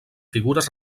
figures